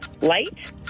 light